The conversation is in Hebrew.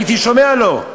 הייתי שומע לו.